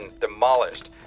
demolished